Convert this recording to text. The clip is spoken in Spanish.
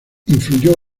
influyó